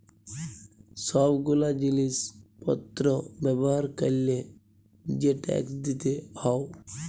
সব গুলা জিলিস পত্র ব্যবহার ক্যরলে যে ট্যাক্স দিতে হউ